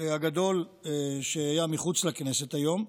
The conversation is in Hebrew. הגדול שהיה מחוץ לכנסת היום,